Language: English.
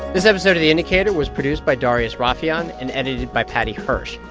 this episode of the indicator was produced by darius rafieyan and edited by paddy hirsch.